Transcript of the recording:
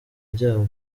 ryayo